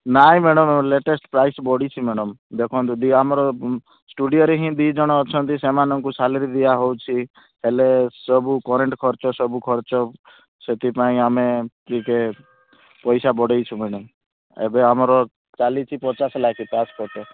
ନାହିଁ madam latest price ବଢ଼ିଛି madam ଦେଖନ୍ତୁ ଆମର ଷ୍ଟୁଡ଼ିଓରେ ହିଁ ଦୁଇଜଣ ଅଛନ୍ତି ସେମାନଙ୍କୁ ସାଲାରୀ ଦିଆ ହେଉଛି ହେଲେ ସବୁ କରେଣ୍ଟ୍ ଖର୍ଚ୍ଚ ସବୁ ଖର୍ଚ୍ଚ ସେଥିପାଇଁ ଆମେ ଟିକେ ପଇସା ବଢ଼ାଇଛୁ ମ୍ୟାଡ଼ମ୍ ଏବେ ଆମର ଚାଲିଛି ପଚାଶ ଲେଖା ପର୍ ପର୍ସନ